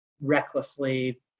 recklessly